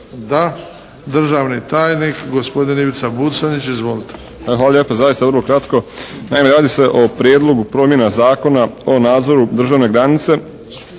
Da. Državni tajnik, gospodin Ivica Buconjić. Izvolite. **Buconjić, Ivica (HDZ)** Hvala lijepo. Zaista vrlo kratko. Naime radi se o Prijedlogu promjena Zakona o nadzoru državne granice.